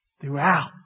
throughout